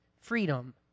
freedom